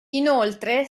inoltre